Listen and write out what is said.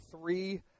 three